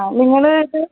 ആ നിങ്ങള്